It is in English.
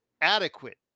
adequate